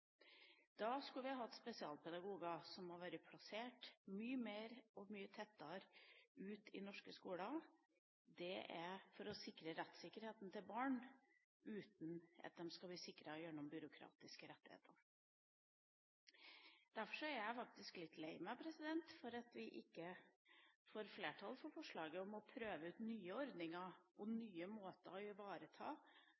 Da skulle vi hatt spesialpedagoger som hadde vært plassert mye tettere ute i norske skoler, for å sikre rettssikkerheten til barn uten at de skal være sikret gjennom byråkratiske rettigheter. Derfor er jeg faktisk litt lei meg for at vi ikke får flertall for forslaget om å prøve ut nye ordninger og